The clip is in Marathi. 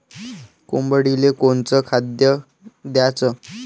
कोंबडीले कोनच खाद्य द्याच?